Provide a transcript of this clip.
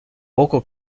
poco